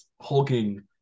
hulking